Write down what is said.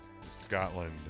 Scotland